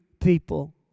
people